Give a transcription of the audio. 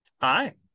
Hi